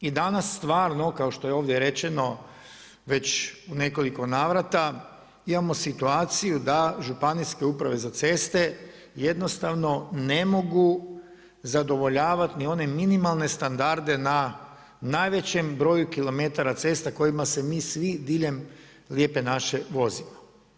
I danas stvarno kao što je ovdje rečeno već u nekoliko navrata imamo situaciju da Županijske uprave za ceste jednostavno ne mogu zadovoljavati ni one minimalne standarde na najvećem broju kilometara cesta kojima se mi svi diljem Lijepe naše vozimo.